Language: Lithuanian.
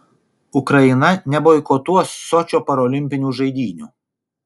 ukraina neboikotuos sočio parolimpinių žaidynių